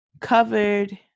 covered